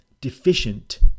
deficient